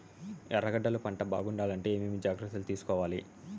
ఎర్రగడ్డలు పంట బాగుండాలంటే ఏమేమి జాగ్రత్తలు తీసుకొవాలి?